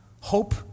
hope